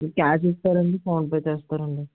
cash ఇస్తారా అండి PhonePe చేస్తారా అండి